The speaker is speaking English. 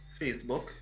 Facebook